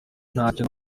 ntacyo